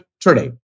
today